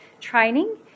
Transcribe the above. training